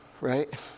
right